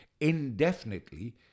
indefinitely